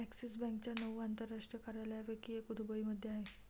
axis बँकेच्या नऊ आंतरराष्ट्रीय कार्यालयांपैकी एक दुबईमध्ये आहे